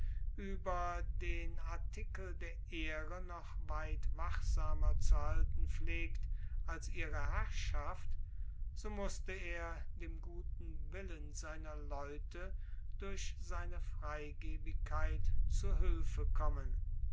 über den artikel der ehre noch weit wachsamer zu halten pflegt als ihre herrschaft so mußte er dem guten willen seiner leute durch seine freigebigkeit zu hülfe kommen